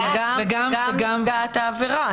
וגם נפגעת העבירה.